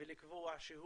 ולקבוע שהוא